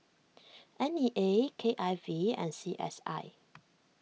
N E A K I V and C S I